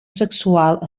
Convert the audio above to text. sexual